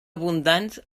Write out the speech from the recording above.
abundants